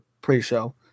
pre-show